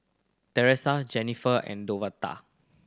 Tressa Jenifer and Davonta